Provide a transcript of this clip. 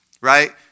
right